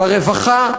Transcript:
ברווחה,